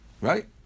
Right